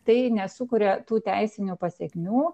tai nesukuria tų teisinių pasekmių